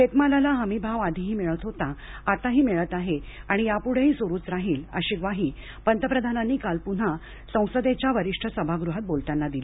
शेतमालाला हमी भाव आधीही मिळत होता आताही मिळत आहे आणि या पुढेही सुरूच राहील अशी ग्वाही पंतप्रधानांनी काल पुन्हा संसदेच्या वरिष्ठ सभागृहात बोलताना दिली